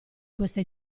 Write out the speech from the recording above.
questa